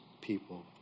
people